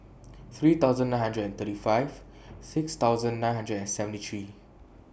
three thousand nine hundred and thirty five six thousand nine hundred and seventy three